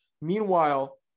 Meanwhile